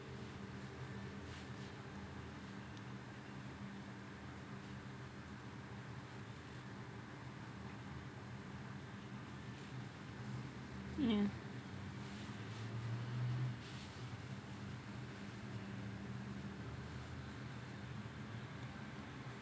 ya